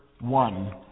one